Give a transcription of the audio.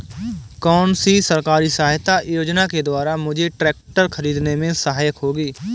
कौनसी सरकारी सहायता योजना के द्वारा मुझे ट्रैक्टर खरीदने में सहायक होगी?